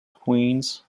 queens